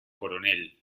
coronel